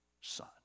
son